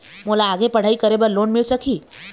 मोला आगे पढ़ई करे बर लोन मिल सकही?